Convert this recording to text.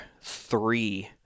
three